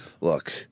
Look